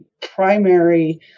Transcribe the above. primary